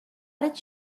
did